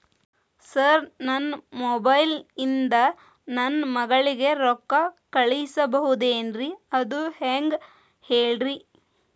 sir ನನ್ನ mobile ಇಂದ ನನ್ನ ಮಗಳಿಗೆ ರೊಕ್ಕಾ ಕಳಿಸಬಹುದೇನ್ರಿ ಅದು ಹೆಂಗ್ ಹೇಳ್ರಿ